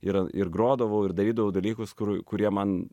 ir ir grodavau ir darydavau dalykus kur kurie man